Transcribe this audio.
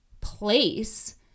place